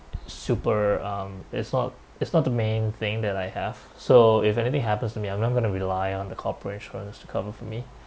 super um it's not it's not the main thing that I have so if anything happens to me I'm not going to rely on the corporations to cover for me